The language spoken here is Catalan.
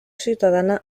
ciutadana